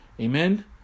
Amen